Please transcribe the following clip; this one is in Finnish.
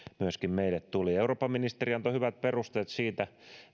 myöskin tuli eurooppaministeri antoi hyvät perusteet siitä